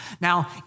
Now